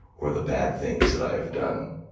or the bad things that i have done.